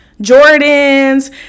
Jordan's